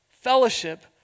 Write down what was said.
Fellowship